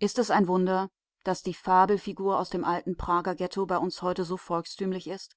ist es ein wunder daß die fabelfigur aus dem alten prager ghetto bei uns heute so volkstümlich ist